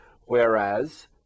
Whereas